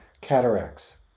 cataracts